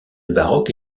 baroque